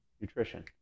Nutrition